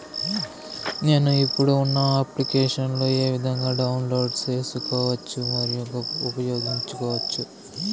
నేను, ఇప్పుడు ఉన్న అప్లికేషన్లు ఏ విధంగా డౌన్లోడ్ సేసుకోవచ్చు మరియు ఉపయోగించొచ్చు?